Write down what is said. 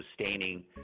sustaining